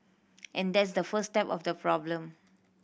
and that's the first step of the problem